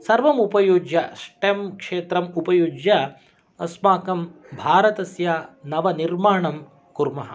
सर्वम् उपयुज्य ष्टेम् क्षेत्रम् उपयुज्य अस्माकं भारतस्य नव निर्माणं कुर्मः